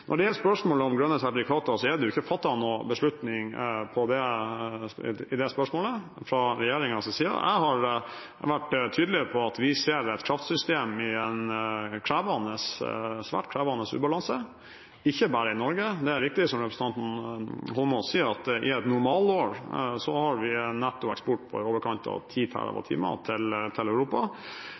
Når det gjelder spørsmålet om grønne sertifikater, er det ikke fattet noen beslutning om det fra regjeringens side. Jeg har vært tydelig på at vi ser et kraftsystem i en svært krevende ubalanse, ikke bare i Norge. Det er riktig, som representanten Eidsvoll Holmås sier, at vi i et normalår har en nettoeksport på i overkant av 10 TWh til